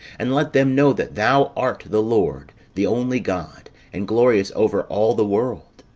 and let them know that thou art the lord, the only god, and glorious over all the world.